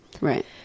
right